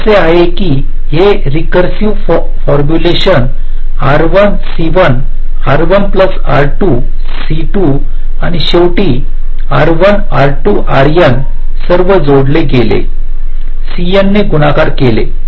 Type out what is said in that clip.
तर असे आहे की हे recursive formulation R1 C1 R1 plus R2 C2 आणि शेवटी R1 R2 RN सर्व जोडले गेले CN ने गुणाकार केले